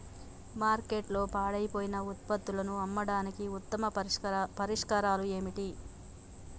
మార్కెట్లో పాడైపోయిన ఉత్పత్తులను అమ్మడానికి ఉత్తమ పరిష్కారాలు ఏమిటి?